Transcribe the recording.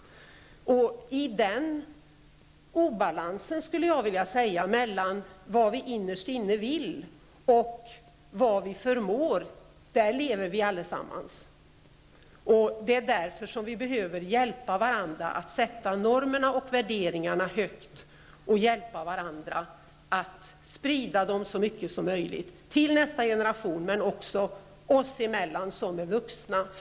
I obalansen mellan vad vi innerst inne vill och vad vi förmår lever vi allesammans. Det är därför vi behöver hjälpa varandra att sätta normerna och värderingarna högt och att sprida dem så mycket som möjligt -- till nästa generation men också oss emellan som är vuxna.